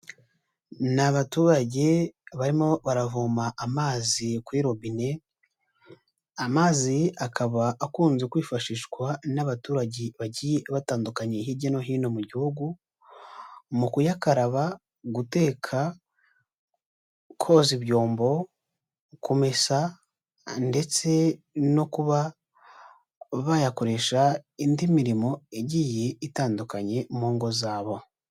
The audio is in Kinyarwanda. Ni abaturage barimo baravoma amazi kuri robine, amazi akaba akunze kwifashishwa n'abaturage bagiye batandukanye hirya no hino mu gihugu, mu kuyakaraba, guteka, koza ibyombo, kumesa ndetse no kuba bayakoresha indi mirimo igiye itandukanye mu ngo zabo.